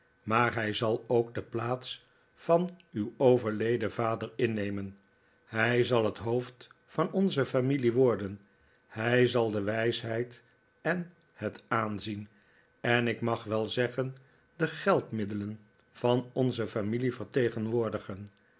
maar hij zal ook de plaats van uw overleden vader innemen hij zal het hoofd van onze familie worden hij zal de wijsheid en het aanzien en ik mag wel zeggen de geldmiddelen van onze familie vertegenwoordigen